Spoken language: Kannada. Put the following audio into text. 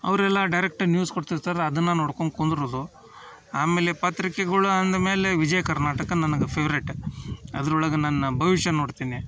ಅವರೆಲ್ಲ ಡೈರೆಕ್ಟ್ ನ್ಯೂಸ್ ಕೊಡ್ತಿರ್ತಾರೆ ಅದನ್ನು ನೋಡ್ಕೊಂಡು ಕುಂದ್ರೋದು ಆಮೇಲೆ ಪತ್ರಿಕೆಗಳು ಅಂದು ಮೇಲೆ ವಿಜಯ ಕರ್ನಾಟಕ ನನಗೆ ಫೇವ್ರೆಟ್ ಅದ್ರೊಳಗೆ ನನ್ನ ಭವಿಷ್ಯ ನೋಡ್ತೀನಿ